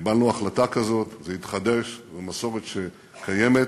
קיבלנו החלטה כזאת, זה התחדש, זו מסורת שקיימת